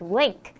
link